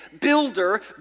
builder